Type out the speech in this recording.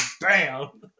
Bam